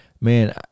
man